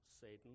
Satan